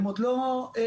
הן עוד לא עודכנו.